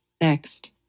Next